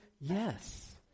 Yes